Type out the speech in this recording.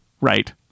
Right